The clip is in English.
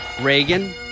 Reagan